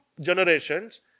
generations